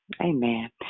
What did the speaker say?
Amen